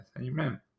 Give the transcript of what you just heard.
Amen